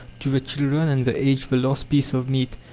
to the children and the aged the last piece of meat,